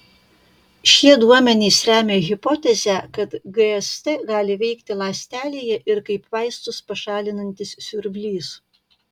šie duomenys remia hipotezę kad gst gali veikti ląstelėje ir kaip vaistus pašalinantis siurblys